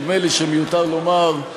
נדמה לי שמיותר לומר,